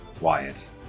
Wyatt